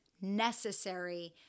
necessary